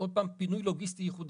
עוד פעם פינוי לוגיסטי ייחודי.